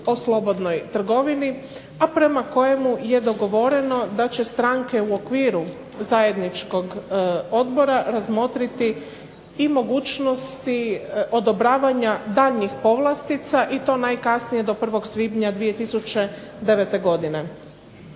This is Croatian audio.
o slobodnoj trgovini, a prema kojemu je dogovoreno da će stranke u okviru zajedničkog odbora razmotriti i mogućnosti odobravanja daljnjih povlastica i to najkasnije do 1. svibnja 2009. godine.